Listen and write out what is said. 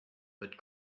but